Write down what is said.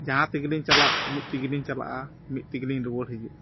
ᱡᱟᱦᱟᱸ ᱛᱮᱜᱮᱞᱤᱧ ᱪᱟᱞᱟᱜᱼᱟ ᱢᱤᱫ ᱛᱮᱜᱮ ᱞᱤᱧ ᱪᱟᱞᱟᱜᱼᱟ ᱢᱤᱫ ᱛᱮᱜᱮ ᱞᱤᱧ ᱨᱩᱣᱟᱹᱲ ᱦᱤᱡᱩᱜᱼᱟ